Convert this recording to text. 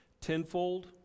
tenfold